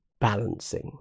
balancing